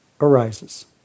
arises